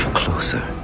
closer